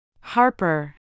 Harper